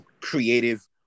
creative